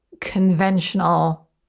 conventional